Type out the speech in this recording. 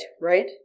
right